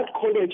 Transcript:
college